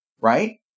Right